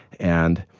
and